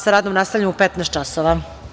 Sa radom nastavljamo u 15.00 časova.